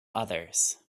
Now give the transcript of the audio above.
others